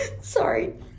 Sorry